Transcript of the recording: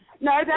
No